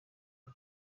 aka